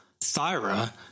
Thyra